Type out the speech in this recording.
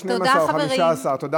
תודה לך, גברתי.